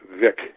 Vic